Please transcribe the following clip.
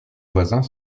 voisins